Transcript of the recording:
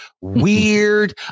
weird